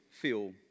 feel